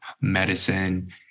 medicine